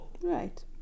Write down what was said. right